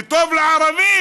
זה טוב לערבים.